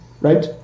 right